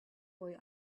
boy